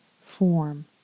form